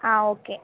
ആ ഓക്കെ